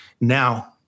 now